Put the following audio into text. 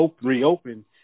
reopen